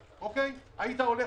--- התקציב עבר לרשות למקומות הקדושים?